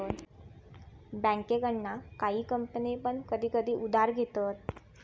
बँकेकडना काही कंपने पण कधी कधी उधार घेतत